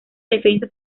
defensa